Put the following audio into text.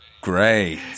Great